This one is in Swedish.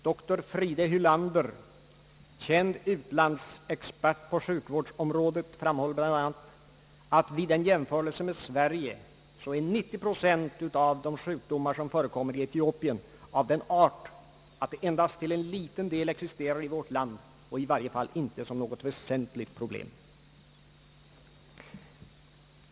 Doktor Fride Hylander, känd utlandsexpert på sjukvårdsområdet, framhåller bl.a. att 90 procent av de sjukdomar som förekommer i Etiopien är av den art att de endast »till en liten del existerar i vårt land och i varje fall inte som något väsentligt problem».